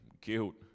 guilt